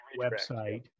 website